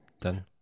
Done